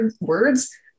words